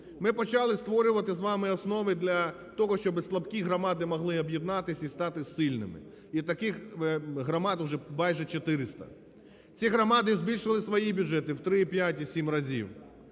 Ми почали створювати з вами основи для того, щоб слабкі громади могли об'єднатись і стати сильними. І таких громад уже майже 400. Ці громади збільшували свої бюджети втри, п'ять і сім разів.